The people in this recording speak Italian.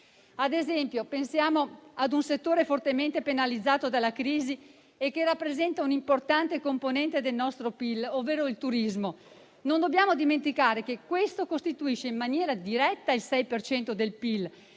Ad esempio, pensiamo a un settore fortemente penalizzato dalla crisi e che rappresenta un importante componente del nostro PIL, ovvero il turismo. Non dobbiamo dimenticare che questo costituisce in maniera diretta il 6 per